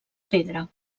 pedra